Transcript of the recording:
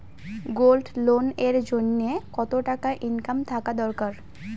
Gold loan এর জইন্যে কতো টাকা ইনকাম থাকা দরকার?